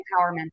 empowerment